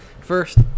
first